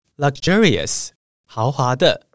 Luxurious,豪华的